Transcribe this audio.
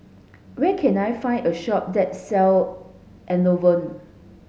where can I find a shop that sell Enervon